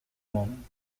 moment